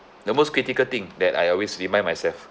the most critical thing that I always remind myself